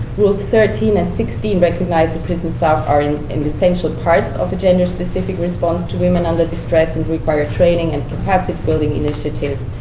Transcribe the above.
rules thirteen and sixteen recognize that prison staff are an and essential part of a gender-specific response to women under distress, and require training and capacity building initiatives,